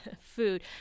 food